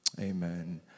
Amen